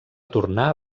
tornar